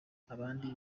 abandi